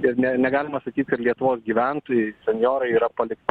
ir ne negalima sakyt kad lietuvos gyventojai senjorai yra palikti